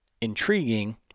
intriguing